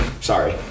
Sorry